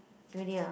really ah